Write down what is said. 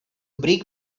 brake